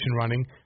running